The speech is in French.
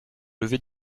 lever